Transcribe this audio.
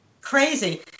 Crazy